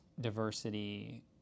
diversity